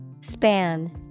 Span